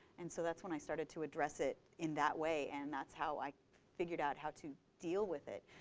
and so that's when i started to address it in that way. and that's how i figured out how to deal with it.